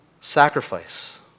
sacrifice